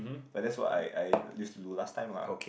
but that's why I I used to do last time ah